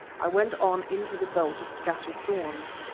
i went on into the belt of scattered thorns.